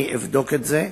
אני אבדוק את זה.